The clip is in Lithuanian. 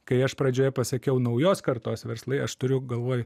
kai aš pradžioje pasakiau naujos kartos verslai aš turiu galvoj